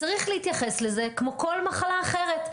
צריך להתייחס לזה כמו לכל מחלה אחרת.